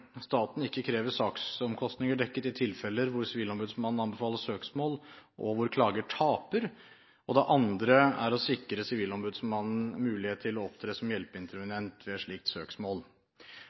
staten ikke krever saksomkostninger dekket i tilfeller hvor Sivilombudsmannen anbefaler søksmål, og hvor klager taper, og det andre er å sikre Sivilombudsmannen mulighet til å opptre som hjelpeintervenient ved slikt søksmål.